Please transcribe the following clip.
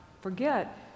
forget